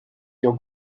your